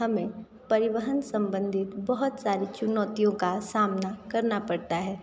हमें परिवहन संबंधित बहुत सारी चुनौतियों का सामना करना पड़ता है